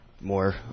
more